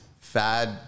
fad